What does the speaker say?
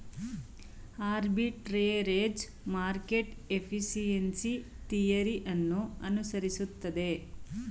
arbitrage market efficiency theory ಅನ್ನು ಅನುಸರಿಸುತ್ತದೆ